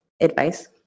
advice